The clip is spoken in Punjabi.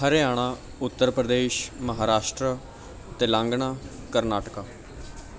ਹਰਿਆਣਾ ਉੱਤਰ ਪ੍ਰਦੇਸ਼ ਮਹਾਰਾਸ਼ਟਰ ਤੇਲੰਗਾਨਾ ਕਰਨਾਟਕਾ